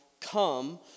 come